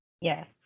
Yes